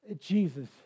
Jesus